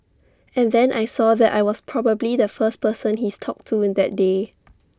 and then I saw that I was probably the first person he's talked to in that day